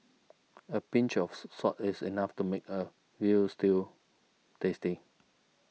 a pinch of salt is enough to make a Veal Stew tasty